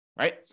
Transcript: right